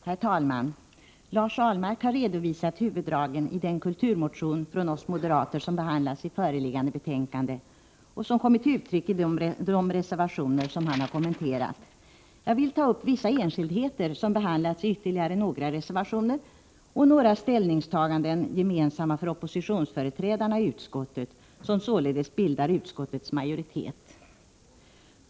Herr talman! Lars Ahlmark har redovisat huvuddragen i den kulturmotion från oss moderater som behandlas i föreliggande betänkande. De har kommit till uttryck i de reservationer som han har kommenterat. Jag vill ta upp vissa enskildheter som behandlats i ytterligare några reservationer samt några ställningstaganden gemensamma för oppositionsföreträdarna i utskottet, där vi bildar utskottets majoritet.